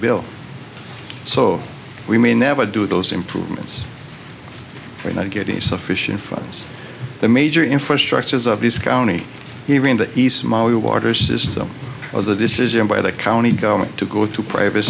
bill so we may never do those improvements are not getting sufficient funds the major infrastructures of this county here in the east ma water system was a decision by the county going to go to private